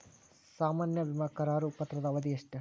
ಸಾಮಾನ್ಯ ವಿಮಾ ಕರಾರು ಪತ್ರದ ಅವಧಿ ಎಷ್ಟ?